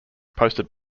posted